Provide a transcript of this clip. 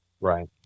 right